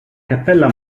cappella